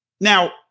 Now